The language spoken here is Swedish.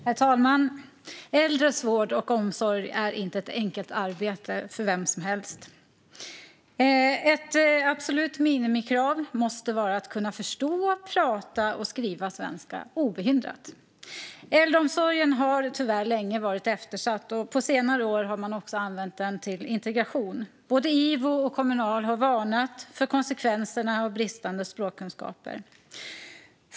Herr talman! Äldres vård och omsorg är inte ett enkelt arbete för vem som helst. Ett absolut minimikrav måste vara att kunna förstå, prata och skriva svenska obehindrat. Äldreomsorgen har tyvärr länge varit eftersatt, och på senare år har den också använts till integration. Både IVO och Kommunal har varnat för konsekvenserna av bristande språkkunskaper.